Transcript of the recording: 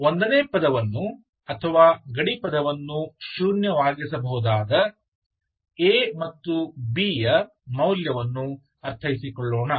1 ನೇ ಪದವನ್ನು ಅಥವಾ ಗಡಿ ಪದವನ್ನು ಶೂನ್ಯವಾಗಿಸಬಹುದಾದ a ಮತ್ತು bಯ ಮೌಲ್ಯವನ್ನು ಅರ್ಥೈಸಿಕೊಳ್ಳೋಣ